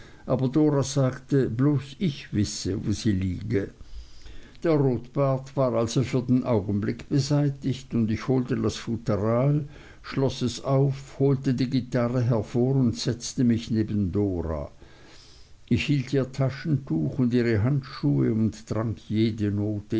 aber dora sagte bloß ich wisse wo sie liege der rotbart war also für den augenblick beseitigt und ich holte das futteral schloß es auf holte die gitarre hervor und setzte mich neben dora ich hielt ihr taschentuch und ihre handschuhe und trank jede note